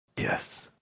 Yes